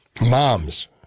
Moms